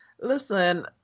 Listen